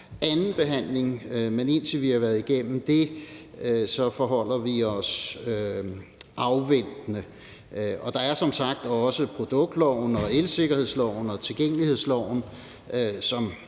andenbehandlingen, men indtil vi har været igennem det, forholder vi os afventende. Der er som sagt også produktloven, elsikkerhedsloven og tilgængelighedsloven, som